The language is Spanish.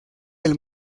del